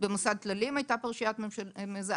במוסד טללים הייתה פרשייה מזעזעת,